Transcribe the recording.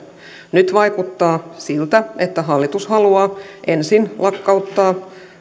nyt vaikuttaa siltä että hallitus haluaa ensin lakkauttaa